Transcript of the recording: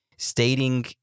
Stating